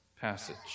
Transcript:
passage